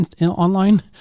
online